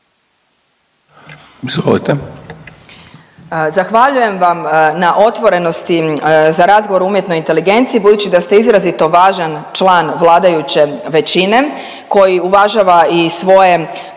Zahvaljujem vam na otvorenosti za razgovor o umjetnoj inteligenciji. Budući da ste izrazito važan član vladajuće većine koji uvažava i svoje